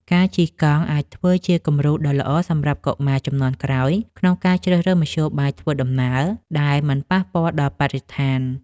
ការជិះកង់អាចធ្វើជាគំរូដ៏ល្អសម្រាប់កុមារជំនាន់ក្រោយ ក្នុងការជ្រើសរើសមធ្យោបាយធ្វើដំណើរដែលមិនប៉ះពាល់ដល់បរិស្ថាន។